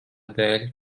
dēļ